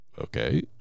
Okay